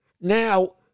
now